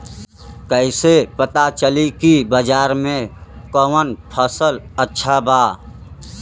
कैसे पता चली की बाजार में कवन फसल अच्छा बा?